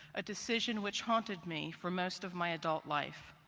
a decision which haunted me for most of my adult life.